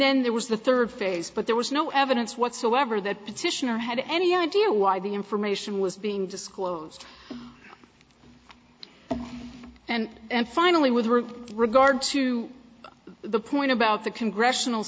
then there was the third phase but there was no evidence whatsoever that petitioner had any idea why the information was being disclosed and finally with regard to the point about the congressional